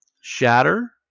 Shatter